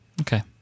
Okay